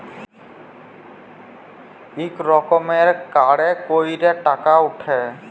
ইক রকমের কাড়ে ক্যইরে টাকা উঠে